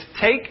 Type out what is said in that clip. take